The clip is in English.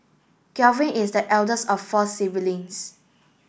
Galvin is the eldest of four siblings